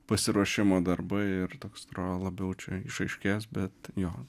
pasiruošimo darbai ir toks atrodo labiau čia išaiškės bet jo